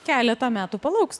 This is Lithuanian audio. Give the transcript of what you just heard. keletą metų palauks